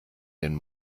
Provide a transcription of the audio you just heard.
den